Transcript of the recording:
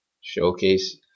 Showcase